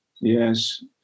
Yes